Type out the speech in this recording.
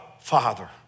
Father